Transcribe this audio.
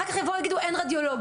אחר כך יבואו ויגידו אין רדיולוגים.